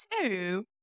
two